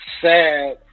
sad